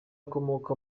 ukomoka